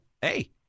hey